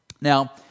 Now